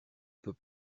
peut